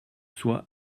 soi